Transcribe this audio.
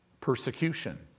persecution